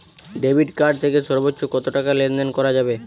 Debit card থেকে সর্বোচ্চ কত টাকা লেনদেন করা যাবে?